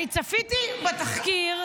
--- צפיתי בתחקיר.